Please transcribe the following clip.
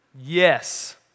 Yes